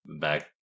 back